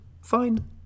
fine